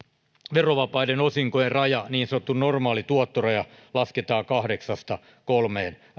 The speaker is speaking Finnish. verovapaiden osinkojen raja niin sanottu normaali tuottoraja lasketaan kahdeksasta kolmeen